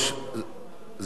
זה לא נאומים בני דקה.